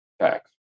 tax